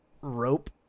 rope